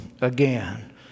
again